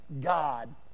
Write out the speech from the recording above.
god